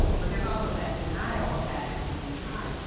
but there's also that denial of that at the same time,